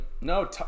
No